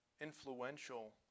influential